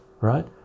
right